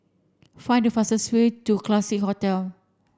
find the fastest way to Classique Hotel